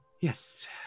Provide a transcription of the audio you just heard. yes